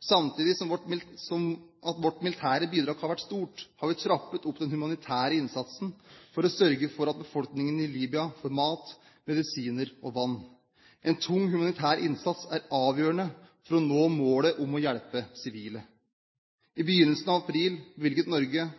Samtidig som vårt militære bidrag har vært stort, har vi trappet opp den humanitære innsatsen for å sørge for at befolkningen i Libya får mat, medisiner og vann. En tung humanitær innsats er avgjørende for å nå målet om å hjelpe sivile. I begynnelsen av april bevilget Norge